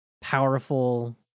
powerful